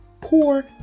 poor